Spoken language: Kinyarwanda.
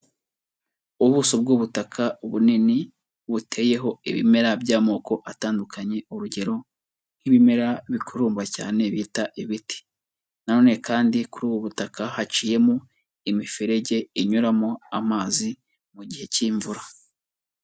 Ubuso bw'ubutaka bunini buteyeho ibimera by'amoko atandukanye. Urugero nk'ibimera bikurumba cyane bita ibiti. Na none kandi kuri ubu butaka haciyemo imiferege inyuramo amazi mu gihe cy'imvura.